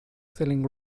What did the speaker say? selling